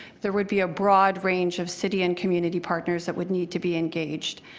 there would be broad range of city and community partners that would need to be engaged.